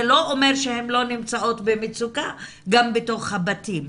לא אומר שהן לא נמצאות במצוקה גם בתוך הבתים.